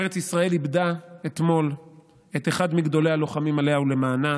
ארץ ישראל איבדה אתמול את אחד מגדולי הלוחמים עליה ולמענה.